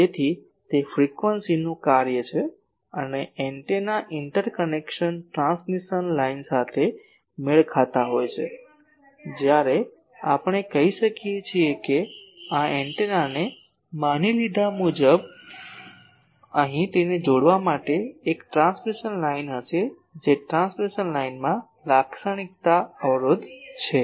તેથી તે ફ્રીક્વન્સીનું કાર્ય છે અને એન્ટેના ઇન્ટરકનેક્શન ટ્રાન્સમિશન લાઇન સાથે મેળ ખાતા હોય છે જ્યારે આપણે કહીએ કે આ એન્ટેનાને માની લીધા મુજબ અહીં તેને જોડવા માટે એક ટ્રાન્સમિશન લાઇન હશે જે ટ્રાન્સમિશન લાઇનમાં લાક્ષણિકતા અવરોધ છે